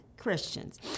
Christians